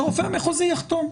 שהרופא המחוזי יחתום,